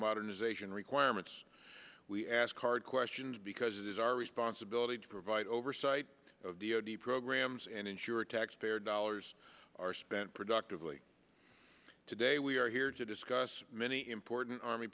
modernization requirements we ask hard questions because it is our responsibility to provide oversight of the o t programs and ensure taxpayer dollars are spent productively today we are here to discuss many important army